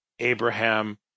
Abraham